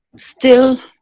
still